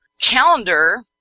calendar